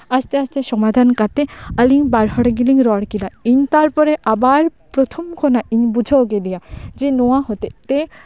ᱟᱥᱛᱮ ᱟᱥᱛᱮ ᱥᱚᱢᱟᱫᱷᱟᱱ ᱠᱟᱛᱮᱫ ᱟᱹᱞᱤᱧ ᱵᱟᱨᱦᱚᱲ ᱜᱮᱞᱤᱧ ᱨᱚᱲ ᱠᱮᱫᱟ ᱤᱧ ᱛᱟᱨᱯᱚᱨᱮ ᱟᱵᱟᱨ ᱯᱨᱚᱛᱷᱚᱢ ᱠᱷᱚᱱᱟᱜ ᱤᱧ ᱵᱩᱡᱷᱟᱹᱣ ᱠᱮᱫᱮᱭᱟ ᱡᱮ ᱱᱚᱶᱟ ᱦᱚᱛᱮᱡ ᱛᱮ